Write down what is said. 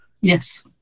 Yes